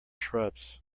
shrubs